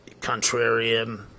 contrarian